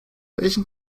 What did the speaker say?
welchen